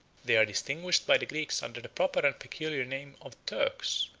they are distinguished by the greeks under the proper and peculiar name of turks,